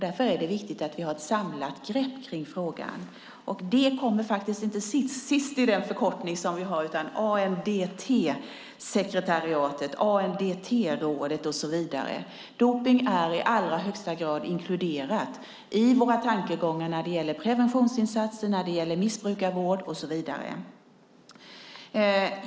Därför är det viktigt att vi tar ett samlat grepp i frågan. Vi har ANDT-sekretariatet, ANDT-rådet och så vidare. Dopning är i allra högsta grad inkluderat i våra tankegångar när det gäller preventionsinsatser, missbrukarvård och så vidare.